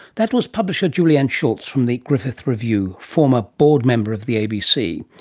that was publisher julianne shultz from the griffith review. former board member of the abc.